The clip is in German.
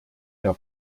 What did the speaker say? der